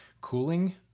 cooling